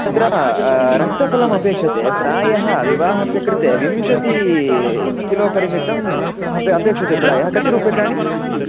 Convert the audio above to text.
तत्र रक्तफलमपेक्ष्यते प्रायः विवाहस्य कृते विंशतिकिलोपरिमितम् अपे अपेक्ष्यते प्रायः कति रूप्यकाणि